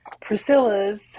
priscilla's